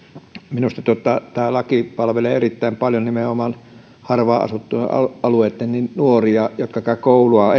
minusta tämä laki palvelee erittäin paljon nimenomaan harvaan asuttujen alueitten nuoria jotka käyvät koulua